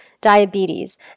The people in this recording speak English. diabetes